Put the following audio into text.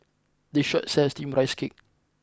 this shop sells Steamed Rice Cake